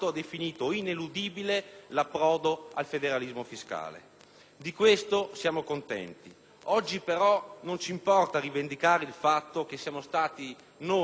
Di questo siamo contenti. Oggi, però, non ci importa rivendicare il fatto che siamo stati noi per primi, della Lega Nord Padania, a parlare di federalismo.